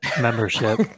membership